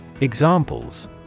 Examples